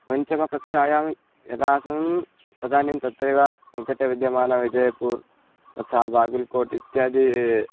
पञ्चमकक्षायां यदा आसं तदानीं तत्रैव निकटे विद्यमानं विजयपूर् तथा बागुल्कोट् इत्यादि